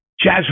Jazz